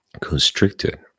constricted